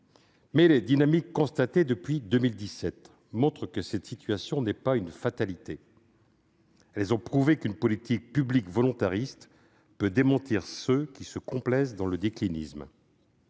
les dynamiques constatées depuis 2017 montrent que cette situation n'est pas une fatalité. Elles ont prouvé qu'une politique publique volontariste peut venir démentir ceux qui se complaisent dans le déclinisme.